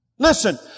Listen